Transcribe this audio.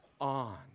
on